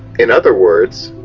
in other words,